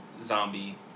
zombie